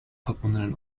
verbundenen